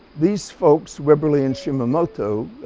these folks, wibberley and shimamoto,